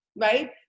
right